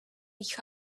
each